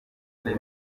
ane